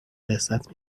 لذت